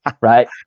right